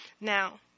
Now